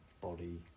body